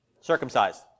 Circumcised